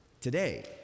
Today